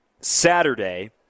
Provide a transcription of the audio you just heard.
Saturday